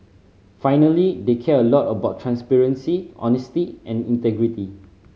finally they care a lot about transparency honesty and integrity